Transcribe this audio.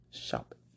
shopping